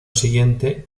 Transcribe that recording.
siguiente